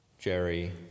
Jerry